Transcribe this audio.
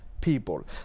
people